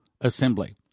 assembly